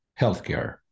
healthcare